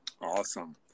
Awesome